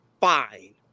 fine